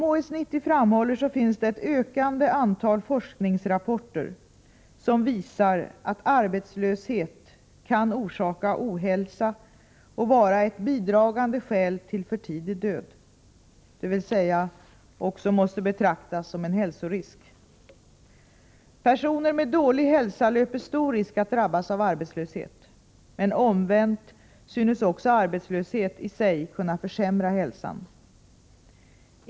Som HS 90 framhåller finns det ett ökande antal forskningsrapporter som visar att arbetslöshet kan orsaka ohälsa och vara ett bidragande skäl till för tidig död, dvs. också måste betraktas som en hälsorisk. Personer med dålig hälsa löper stor risk att drabbas av arbetslöshet. Men omvänt synes också arbetslöshet i sig kunna försämra hälsan.